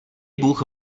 bůh